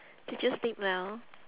did you sleep well